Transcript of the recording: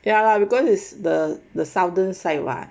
ya lah you going to the the southern side [what]